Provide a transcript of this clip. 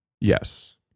yes